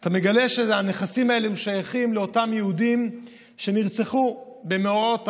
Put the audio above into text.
ואתה מגלה שהנכסים האלה שייכים לאותם יהודים שנרצחו במאורעות תרפ"ט,